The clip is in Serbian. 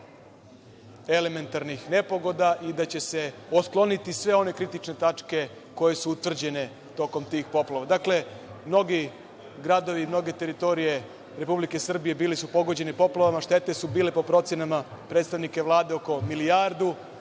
elementarnih nepogoda i da će se otkloniti sve one kritične tačke koje su utvrđene tokom tih poplava. Dakle, mnogi gradovi i mnoge teritorije Republike Srbije bili su pogođeni poplavama, štete su bile, po procenama predstavnika Vlade, oko milijardu